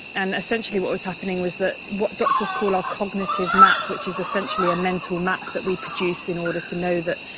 and essentially what was happening was that what doctors call our cognitive map, which is essentially a mental that we produce in order to know that,